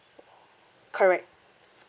correct